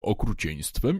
okrucieństwem